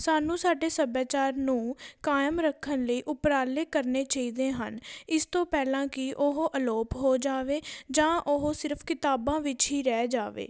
ਸਾਨੂੰ ਸਾਡੇ ਸੱਭਿਆਚਾਰ ਨੂੰ ਕਾਇਮ ਰੱਖਣ ਲਈ ਉਪਰਾਲੇ ਕਰਨੇ ਚਾਹੀਦੇ ਹਨ ਇਸ ਤੋਂ ਪਹਿਲਾਂ ਕਿ ਉਹ ਅਲੋਪ ਹੋ ਜਾਵੇ ਜਾਂ ਉਹ ਸਿਰਫ਼ ਕਿਤਾਬਾਂ ਵਿੱਚ ਹੀ ਰਹਿ ਜਾਵੇ